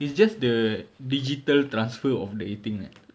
it's just the digital transfer of the thing right